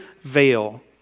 veil